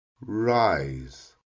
rise